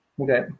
Okay